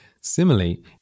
Similarly